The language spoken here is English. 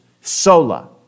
sola